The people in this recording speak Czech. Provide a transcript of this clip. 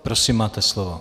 Prosím, máte slovo.